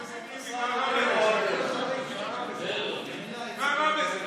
תודה רבה.